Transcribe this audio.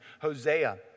Hosea